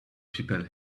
people